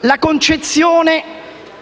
La concezione